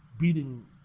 beating